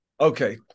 Okay